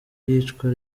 iyicwa